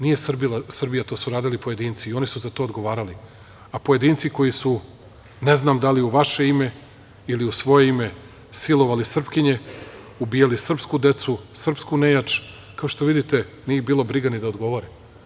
Nije Srbija, to su uradili pojedinci i oni su za to odgovarali, a pojedinci koji su ne znam da li u vaše ime ili u svoje ime silovali Srpkinje, ubijali srpsku decu, srpsku nejač, kao što vidite, nije ih bilo briga ni da odgovore.